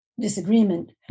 disagreement